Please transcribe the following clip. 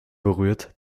berührt